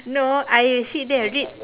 no I sit there and read